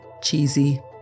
cheesy